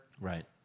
Right